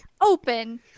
open